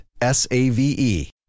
S-A-V-E